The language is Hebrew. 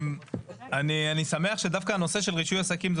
אני שמח שדווקא הנושא של רישוי עסקים זה